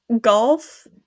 Golf